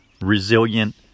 resilient